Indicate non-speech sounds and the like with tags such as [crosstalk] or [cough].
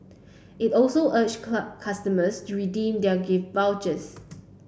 it also urged [unintelligible] customers to redeem their gift vouchers